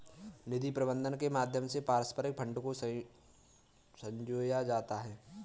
निधि प्रबन्धन के माध्यम से पारस्परिक फंड को संजोया जाता है